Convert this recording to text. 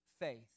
faith